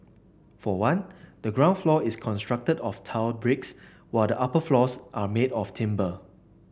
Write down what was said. for one the ground floor is constructed of tiled bricks while the upper floors are made of timber